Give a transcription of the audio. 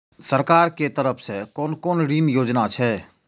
सरकार के तरफ से कोन कोन ऋण योजना छै?